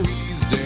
easy